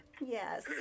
Yes